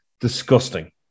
disgusting